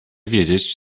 wiedzieć